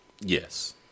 Yes